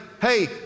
hey